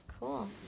Cool